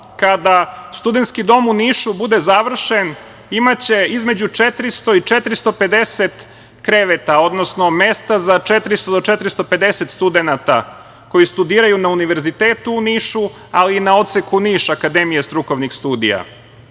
doma. Kada studenski dom, u Nišu bude završen, imaće između 400 i 450 kreveta, odnosno mesta za 400 do 450 studenata, koji studiraju na Univerzitetu, u Nišu, ali i na odseku Niš Akademije strukovnih studija,